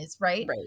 right